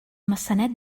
maçanet